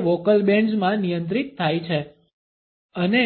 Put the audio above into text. તે vocal bands માં નિયંત્રિત થાય છે અને